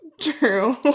true